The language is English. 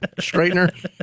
straightener